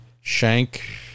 Shank